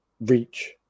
reach